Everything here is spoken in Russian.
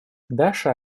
даша